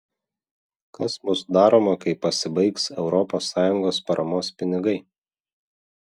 kas bus daroma kai pasibaigs europos sąjungos paramos pinigai